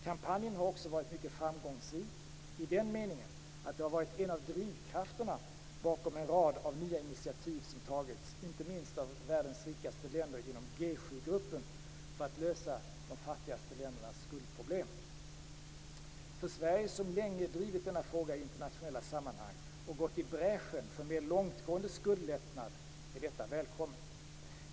Kampanjen har också varit mycket framgångsrik i den meningen att den har varit en av drivkrafterna bakom en rad nya initiativ som tagits, inte minst av världens rikaste länder inom G7-gruppen, för att lösa de fattigaste ländernas skuldproblem. För Sverige, som länge drivit denna fråga i internationella sammanhang och gått i bräschen för mer långtgående skuldlättnad, är detta välkommet.